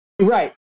Right